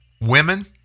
women